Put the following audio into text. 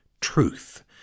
truth